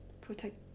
protect